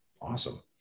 Awesome